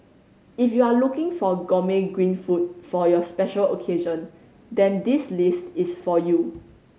if you are looking for gourmet green food for your special occasion then this list is for you